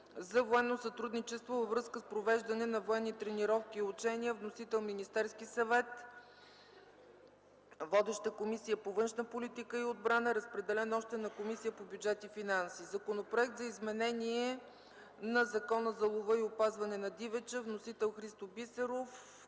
за военно сътрудничество във връзка с провеждане на военни тренировки и учения. Вносител е Министерският съвет. Водеща е Комисията по външна политика и отбрана. Разпределен е и на Комисията по бюджет и финанси. Законопроект за изменение на Закона за лова и опазване на дивеча. Вносител – Христо Бисеров.